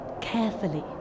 carefully